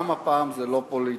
גם הפעם זה לא פוליטי.